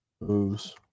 moves